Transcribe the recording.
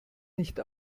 nicht